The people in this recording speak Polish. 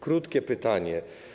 Krótkie pytanie.